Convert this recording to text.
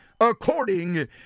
according